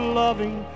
loving